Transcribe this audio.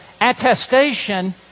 attestation